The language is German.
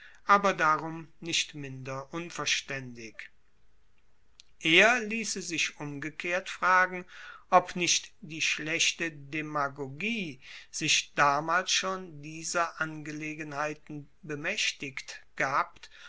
aber darum nicht minder unverstaendig eher liesse sich umgekehrt fragen ob nicht die schlechte demagogie sich damals schon dieser angelegenheit bemaechtigt gehabt